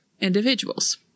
individuals